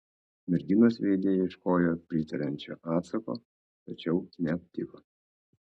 merginos veide ieškojo pritariančio atsako tačiau neaptiko